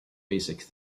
basic